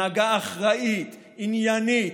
הנהגה אחראית, עניינית,